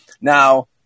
Now